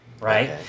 right